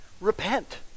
Repent